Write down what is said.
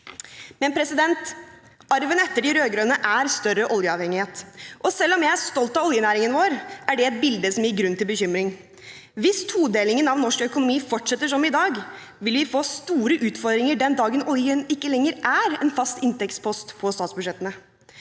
opprettholdes. Arven etter de rød-grønne er større oljeavhengighet. Og selv om jeg er stolt av oljenæringen vår, er det noe som gir grunn til bekymring. Hvis todelingen av norsk økonomi fortsetter som i dag, vil vi få store utfordringer den dagen oljen ikke lenger er en fast inntektspost på statsbudsjettene.